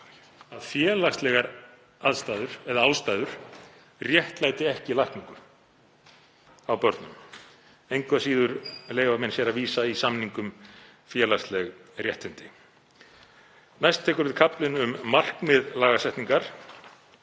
að félagslegar ástæður réttlæti ekki lækningu á börnum. Engu að síður leyfa menn sér að vísa í samning um félagsleg réttindi. Næst tekur við kaflinn um markmið lagasetningar